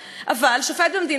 ממש לפני כמה ימים,